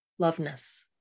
loveness